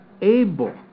able